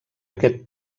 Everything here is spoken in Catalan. aquest